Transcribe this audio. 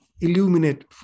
illuminate